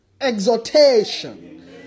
exhortation